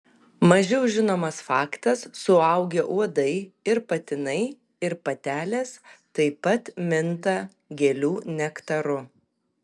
mažiau žinomas faktas suaugę uodai ir patinai ir patelės taip pat minta gėlių nektaru